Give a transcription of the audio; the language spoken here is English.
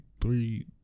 three